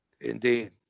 Indeed